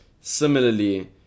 Similarly